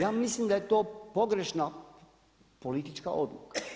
Ja mislim da je to pogrešna politička odluka.